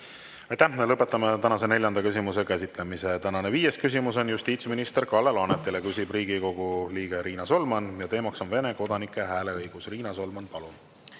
Aitäh! Lõpetame tänase neljanda küsimuse käsitlemise. Tänane viies küsimus on justiitsminister Kalle Laanetile, küsib Riigikogu liige Riina Solman ja teema on Vene kodanike hääleõigus. Riina Solman, palun!